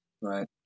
right